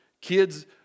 Kids